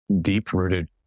deep-rooted